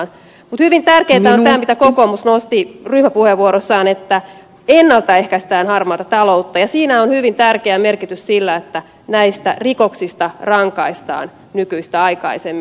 hyvin tärkeä on tämä minkä kokoomus nosti ryhmäpuheenvuorossaan että ennalta ehkäistään harmaata taloutta ja siinä on hyvin tärkeä merkitys sillä että näistä rikoksista rangaistaan nykyistä aikaisemmin